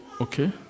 Okay